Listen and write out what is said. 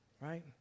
Right